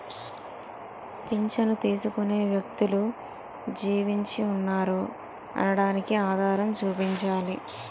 పింఛను తీసుకునే వ్యక్తులు జీవించి ఉన్నారు అనడానికి ఆధారం చూపించాలి